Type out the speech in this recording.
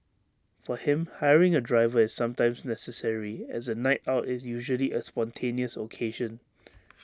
for him hiring A driver is sometimes necessary as A night out is usually A spontaneous occasion